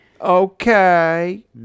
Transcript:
Okay